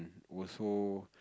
also